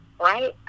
Right